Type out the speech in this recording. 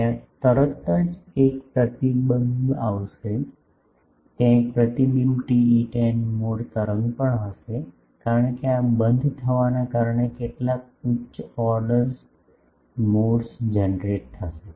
ત્યાં તરત જ એક પ્રતિબિંબ આવશે ત્યાં એક પ્રતિબિંબિત TE10 મોડ તરંગ પણ હશે કારણ કે આ બંધ થવાના કારણે કેટલાક ઉચ્ચ ઓર્ડર મોડ્સ જનરેટ થશે